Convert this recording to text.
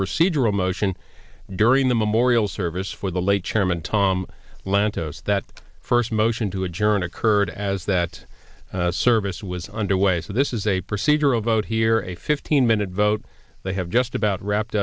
procedural motion during the memorial service for the late chairman tom lantos that first motion to adjourn occurred as that service was underway so this is a procedural vote here a fifteen minute vote they have just about wrapped